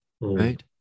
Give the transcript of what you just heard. Right